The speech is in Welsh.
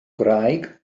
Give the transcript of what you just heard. gwraig